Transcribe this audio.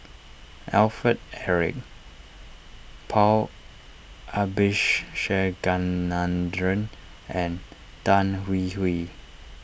Alfred Eric Paul and Tan Hwee Hwee